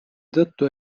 tõttu